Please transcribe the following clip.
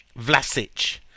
Vlasic